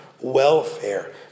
welfare